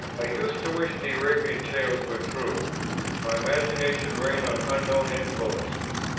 i used to wish the arabian tales were true my imagination ran on unknown influences,